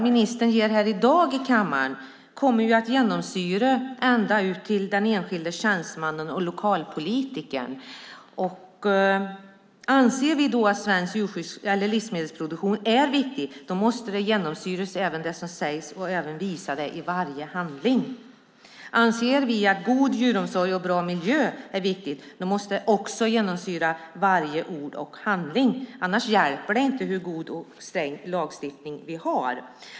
Ministerns svar här i dag i kammaren kommer att genomsyra ända ut till den enskilde tjänstemannen och lokalpolitikern. Anser vi att svensk livsmedelsproduktion är viktig måste det genomsyra i det som sägs och i varje handling. Anser vi att god djuromsorg och bra miljö är viktigt, måste det också genomsyra varje ord och handling. Annars hjälper det inte hur god och sträng lagstiftning vi har.